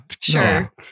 Sure